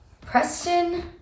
Preston